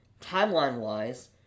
timeline-wise